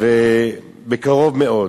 בקרוב מאוד.